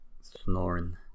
Snoring